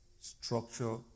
structure